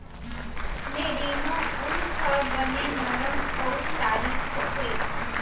merino ऊन ह बने नरम अउ तारीक होथे